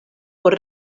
por